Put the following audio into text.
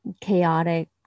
chaotic